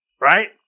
right